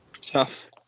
tough